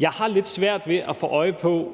jeg har lidt svært ved at få øje på,